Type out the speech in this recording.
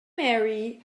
marry